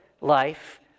life